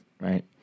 right